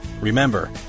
Remember